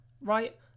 right